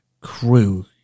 crew